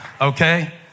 Okay